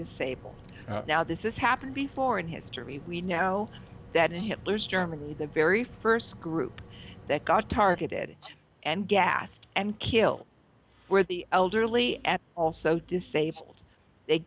disabled now this is happened before in history we know that in hitler's germany the very first group that got targeted and gassed and kill where the elderly at all so disabled they